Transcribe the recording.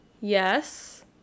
Yes